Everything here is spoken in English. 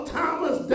Thomas